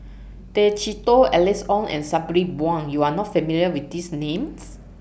Tay Chee Toh Alice Ong and Sabri Buang YOU Are not familiar with These Names